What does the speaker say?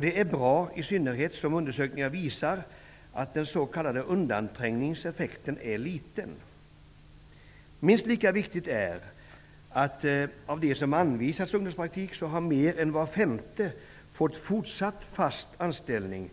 Det är bra, i synnerhet som undersökningar visar att den s.k. undanträngningseffekten är liten. Minst lika viktigt är att mer än var femte av dem som har anvisats ungdomspraktik har fått fortsatt fast anställning